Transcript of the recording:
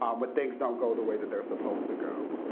um but things don't go the way that they're supposed to go.